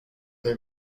they